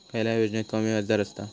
खयल्या योजनेत कमी व्याजदर असता?